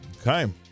Okay